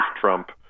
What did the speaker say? Trump